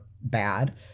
bad